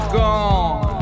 gone